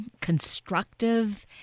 constructive